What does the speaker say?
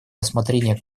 рассмотрению